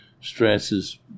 stresses